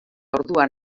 orduan